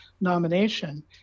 nomination